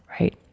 right